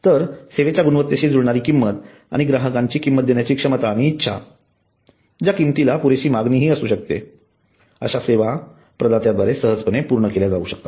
तर सेवेच्या गुणवत्तेशी जुळणारी किंमत ग्राहकांची किंमत देण्याची क्षमता आणि इच्छा ज्या किंमतीला पुरेशी मागणी असू शकते अशी सेवा प्रदात्याद्वारे सहजपणे पूर्ण केले जाऊ शकते